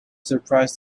surprised